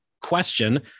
question